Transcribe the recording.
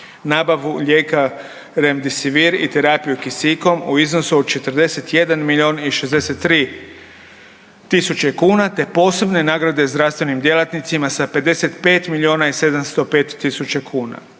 Nabavu lijeka Remdesivir i terapiju kisikom u iznosu od 41 milion i 63 tisuće kuna te posebne nagrade zdravstvenim djelatnicima sa 55 miliona i 705 tisuća kuna.